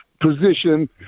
position